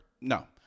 no